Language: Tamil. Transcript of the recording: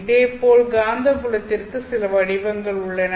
இதேபோல் காந்தப்புலத்திற்கும் சில வடிவங்கள் உள்ளன